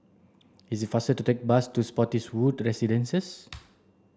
it is faster to take the bus to Spottiswoode Residences